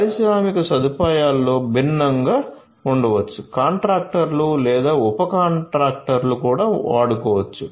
పారిశ్రామిక సదుపాయంలో భిన్నంగా ఉండవచ్చు కాంట్రాక్టర్లు లేదా ఉప కాంట్రాక్టర్లు కూడా వాడుకోవచ్చు